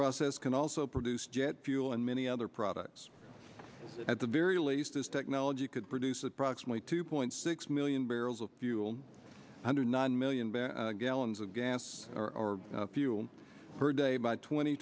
process can also produce jet fuel and many other products at the very least this technology could produce approximately two point six million barrels of fuel hundred nine million barrels gallons of gas or fuel per day by twenty